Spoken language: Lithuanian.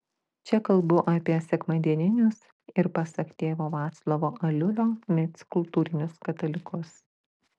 čia kalbu apie sekmadieninius ir pasak tėvo vaclovo aliulio mic kultūrinius katalikus